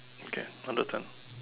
okay another turn